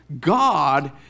God